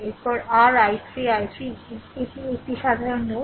এরপরে r i3 i3 এটি একটি সাধারণ নোড